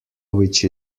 which